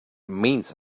means